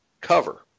cover